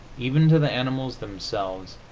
even to the animals themselves,